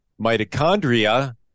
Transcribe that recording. mitochondria